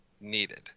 needed